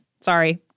Sorry